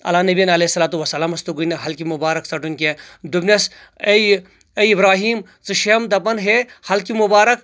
علیٰ نبیُن علیہ صلاتُ وسلامس توٚگُے نہٕ ہلکہِ مُبارک ژٹُن کینٛہہ دوٚپنٮ۪س اے اے ابراہیم ژٕ چھیَم دپان ہے ہلکہِ مُبارک